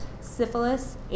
syphilis